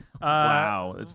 Wow